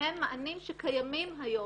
והם מענים שקיימים היום.